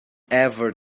ever